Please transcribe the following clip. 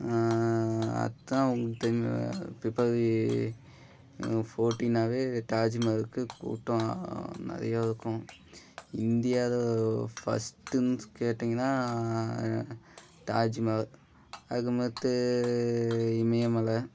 அதுதான் உங்களுக்கு தெரியுமே பிப்ரவரி ஃபோர்ட்டின்னாவே தாஜ்மகாலுக்கு கூட்டம் நிறையா இருக்கும் இந்தியாவில் ஃபஸ்ட்டுன்னு ஸ் கேட்டீங்கன்னால் தாஜ்மகால் அதுக்கு மற்ற இமயமலை